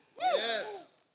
Yes